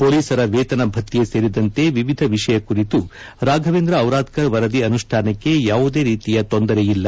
ಪೋಲಿಸರ ವೇತನ ಭತ್ಯೆ ಸೇರಿದಂತೆ ವಿವಿಧ ವಿಷಯ ಕುರಿತ ರಾಘವೇಂದ್ರ ಔರಾದ್ನರ್ ವರದಿ ಅನುಷ್ವಾನಕ್ಕೆ ಯಾವುದೇ ರೀತಿಯ ತೊಂದರೆಯಿಲ್ಲ